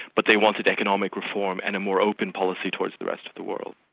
but they wanted economic reform and a more open policy towards the rest of the world.